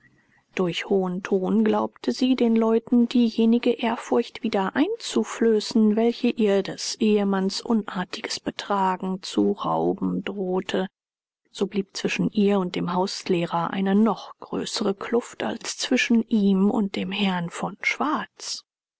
durch hohen ton glaubte sie den leuten diejenige ehrfurcht wieder einzuflößen welche ihr des eheherrn unartiges betragen zu rauben drohte so blieb zwischen ihr und dem hauslehrer eine noch größere kluft als zwischen ihm und dem herrn von schwarz